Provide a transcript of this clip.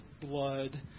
blood